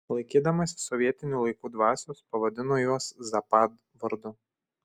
laikydamasi sovietinių laikų dvasios pavadino juos zapad vardu